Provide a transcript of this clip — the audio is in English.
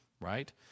right